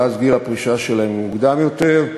ואז גיל הפרישה שלהם מוקדם יותר,